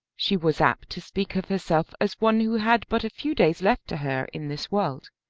she was apt to speak of herself as one who had but a few days left to her in this world.